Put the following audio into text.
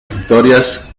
victorias